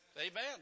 Amen